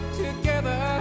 together